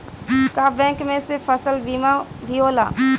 का बैंक में से फसल बीमा भी होला?